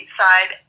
side